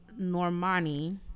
Normani